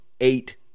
eight